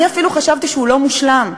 אני אפילו חשבתי שהוא לא מושלם,